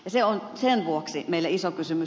se on sen vuoksi meille iso kysymys